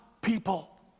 people